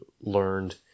learned